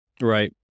Right